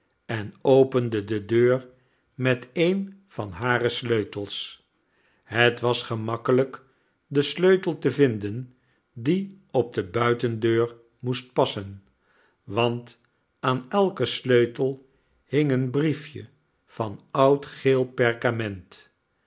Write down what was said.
en opende de deur met een van hare sleutels het was gemakkelijk den sleutel te vinden die op de buitendeur moest passen want aan elken sleutel hing een briefje van oud geel perkament